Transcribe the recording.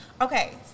Okay